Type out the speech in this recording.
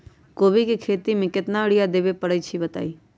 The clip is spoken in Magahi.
कोबी के खेती मे केतना यूरिया देबे परईछी बताई?